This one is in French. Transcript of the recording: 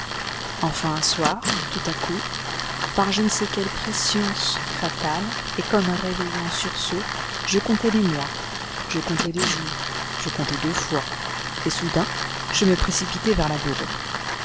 enfin un soir tout à coup par je ne sais quelle prescience fatale et comme réveillé en sursaut je comptai les mois je comptai les jours je comptai deux fois et soudain je me précipitai vers la